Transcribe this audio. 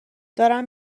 دارم